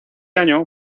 año